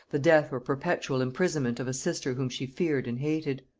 the death or perpetual imprisonment of a sister whom she feared and hated.